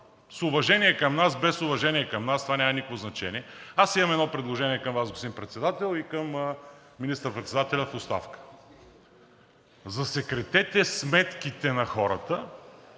с уважение към нас, без уважение към нас, това няма никакво значение. Аз имам едно предложение към Вас, господин Председател, и към министър-председателя в оставка. Засекретете сметките на хората